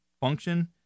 function